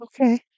Okay